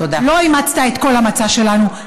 לא אימצת את כל המצע שלנו,